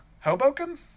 hoboken